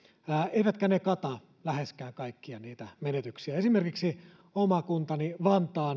eivätkä ne kata läheskään kaikkia niitä menetyksiä esimerkiksi oma kuntani vantaa